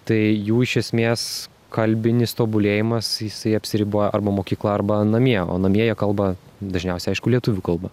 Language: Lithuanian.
tai jų iš esmės kalbinis tobulėjimas jisai apsiriboja arba mokykla arba namie o namie jie kalba dažniausiai aišku lietuvių kalba